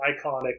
iconic